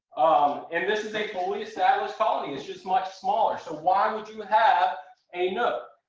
um and this is a fully established colony, it's just much smaller. so why would you have a nuc?